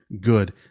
good